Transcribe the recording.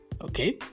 okay